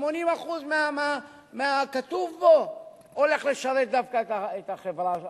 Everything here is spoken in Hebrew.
80% מהכתוב בו הולך לשרת דווקא את החברה החרדית.